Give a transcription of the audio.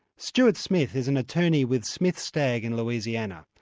stuart smith is an attorney with smith stag in louisiana.